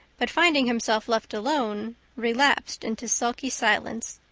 but finding himself left alone, relapsed into sulky silence.